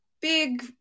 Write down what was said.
big